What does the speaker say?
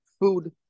food